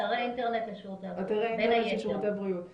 כן, אתרי אינטרנט לשירותי הבריאות, בין היתר.